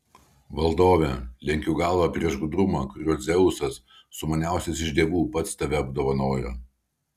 valdove lenkiu galvą prieš gudrumą kuriuo dzeusas sumaniausias iš dievų pats tave apdovanojo